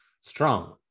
strong